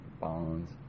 bonds